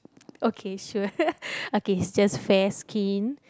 okay sure okay it just fair skin